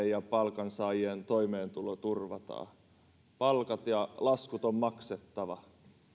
ja palkansaajien toimeentulo turvataan palkat ja laskut on maksettava